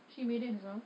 she made it herself